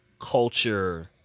culture